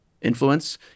influence